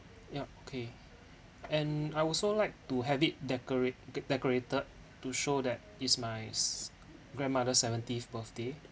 ya okay and I also like to have it decorate decorated to show that it's my grandmother's seventieth birthday